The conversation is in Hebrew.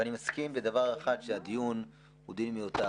ואני מסכים בדבר אחד שהדיון הוא דיון מיותר.